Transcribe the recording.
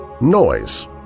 noise